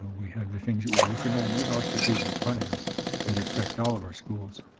we have the things that we're working on. those are strategic plans that affect all of our schools,